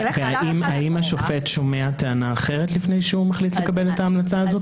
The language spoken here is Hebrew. האם השופט שומע טענה אחרת לפני שהוא מחליט לקבל את ההמלצה הזאת?